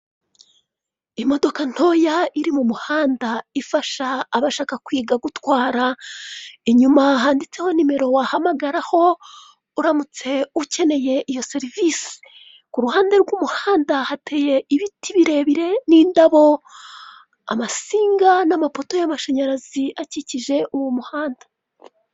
Imodoka ntoya iri mu muhanda ifasha abashaka kwiga gutwara, inyuma handitseho nimero wahamagaraho uramutse ukeneye iyo serivisi, ku ruhande rw'umuhanda hateye ibiti birebire n'indabo, amasinga n'amapoto y'amashanyarazi akikije uwo muhanda.